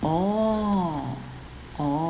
oh oh